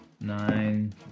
Nine